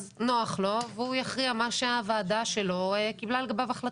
אז נוח לו והוא יכריע מה שהוועדה שלו קיבלה לגביו החלטה.